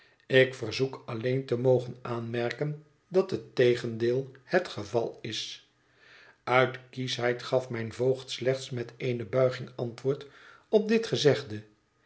ik verzoek alleen te mogen aanmerken dat het tegendeel het geval is uit kieschheid gaf mijn voogd slechts met eene buiging antwoord op dit gezegde